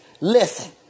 listen